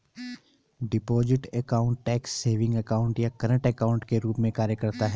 deposit account tax savings account या current account के रूप में कार्य करता है